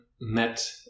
met